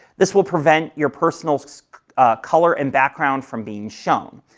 this will prevent your personal so ah color and background from being shown.